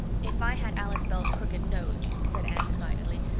if i had alice bell's crooked nose, said anne decidedly,